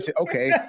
Okay